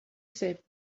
saved